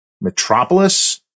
Metropolis